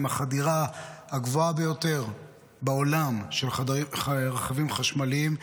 החדירה הגבוהה ביותר בעולם של רכבים חשמליים,